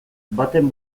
baten